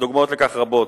הדוגמאות לכך רבות: